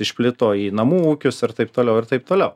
išplito į namų ūkius ir taip toliau ir taip toliau